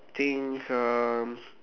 think some